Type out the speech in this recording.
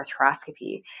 arthroscopy